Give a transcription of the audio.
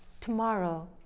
tomorrow